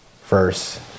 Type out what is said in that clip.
first